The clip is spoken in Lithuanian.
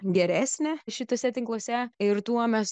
geresnė šituose tinkluose ir tuo mes